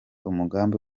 umugambi